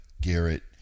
Garrett